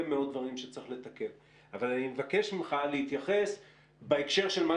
מאוד דברים שצריך לתקן אבל אני מבקש ממך להתייחס בהקשר של מה